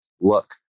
look